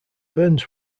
burns